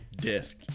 disc